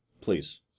Please